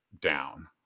down